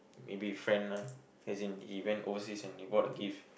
maybe friend ah as in he went overseas and he bought a gift